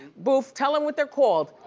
boof, tell em what they're called.